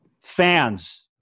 fans